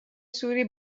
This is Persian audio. سوری